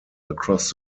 across